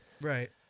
Right